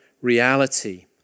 reality